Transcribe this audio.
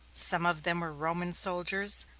some of them were roman soldiers,